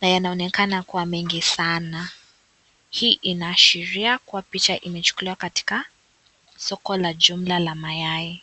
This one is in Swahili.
na yanaonekana kuwa mengi sana. Hii inashiria kuwa picha imechukulia katika soko la jumla la mayai.